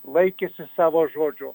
laikėsi savo žodžio